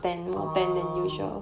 ah